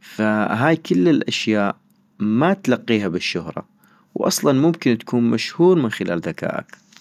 فا هاي كلا الاشياء ما تلقيها بالشهرة، واصلا ممكن تكون مشهور من خلال ذكائك